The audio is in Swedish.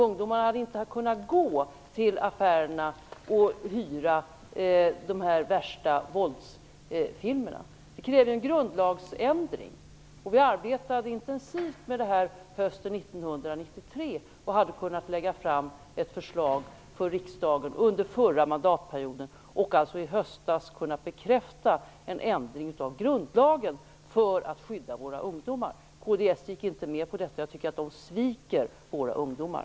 Ungdomarna hade då inte kunnat gå till affärerna och hyra de värsta våldsfilmerna. Det krävde en grundlagsändring. Vi arbetade intensivt med det hösten 1993 och hade kunnat lägga fram ett förslag för riksdagen under förra mandatperioden och i höstas kunnat bekräfta en ändring av grundlagen, för att skydda våra ungdomar. Kds gick inte med på det. Jag tycker att kds sviker våra ungdomar.